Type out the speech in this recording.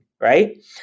Right